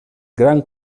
gran